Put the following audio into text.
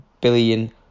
billion